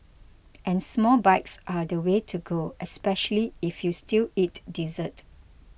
and small bites are the way to go especially if you still eat dessert